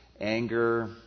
anger